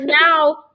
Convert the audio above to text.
now